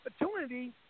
opportunity